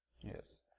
Yes